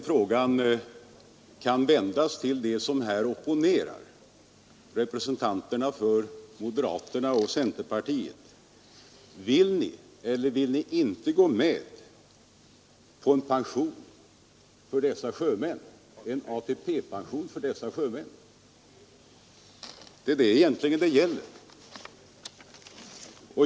Frågan kan riktas till dem som är opponerar, representanterna för moderata samlingspartiet och centerpartiet: Vill ni eller vill ni inte gå med på ATP-pension för dessa sjömän? Det är vad saken gäller.